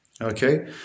Okay